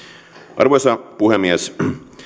arvoisa puhemies